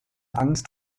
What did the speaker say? angst